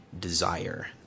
desire